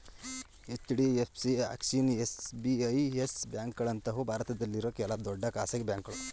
HDFC, Axis, SBI, Yes ಬ್ಯಾಂಕ್ಗಳಂತವು ಭಾರತದಲ್ಲಿರೋ ಕೆಲ ದೊಡ್ಡ ಖಾಸಗಿ ಬ್ಯಾಂಕುಗಳು